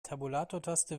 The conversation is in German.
tabulatortaste